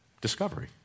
discovery